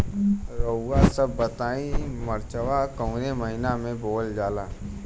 रउआ सभ बताई मरचा कवने महीना में बोवल जाला?